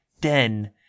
den